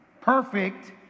perfect